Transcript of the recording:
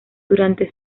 durante